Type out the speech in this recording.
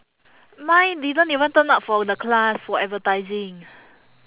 mine didn't even turn up for the class for advertising